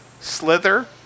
Slither